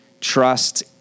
trust